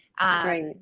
Right